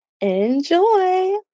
Enjoy